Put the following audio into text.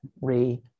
re